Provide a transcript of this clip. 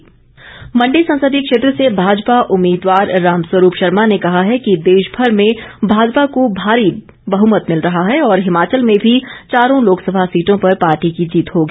रामस्वरूप मंडी संसदीय क्षेत्र से भाजपा उम्मीदवार रामस्वरूप शर्मा ने कहा है कि देश भर में भाजपा को भारी बहमत मिल रहा है और हिमाचल में भी चारों लोकसभा सीटों पर पार्टी की जीत होगी